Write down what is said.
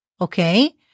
Okay